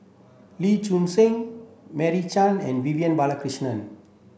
Lee Choon Seng Meira Chand and Vivian Balakrishnan